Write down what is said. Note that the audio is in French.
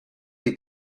des